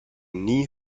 nie